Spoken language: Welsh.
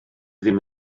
ddim